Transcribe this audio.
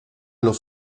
los